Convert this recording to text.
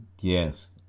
yes